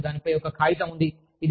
వాస్తవానికి దానిపై ఒక కాగితం ఉంది